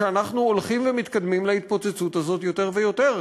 הולכים ומתקדמים להתפוצצות הזאת יותר ויותר.